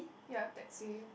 ya taxi